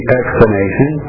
explanation